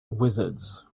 wizards